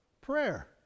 prayer